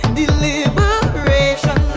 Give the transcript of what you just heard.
deliberation